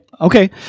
Okay